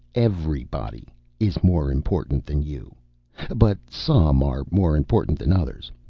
everybody is more important than you but some are more important than others.